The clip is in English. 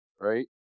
right